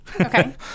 Okay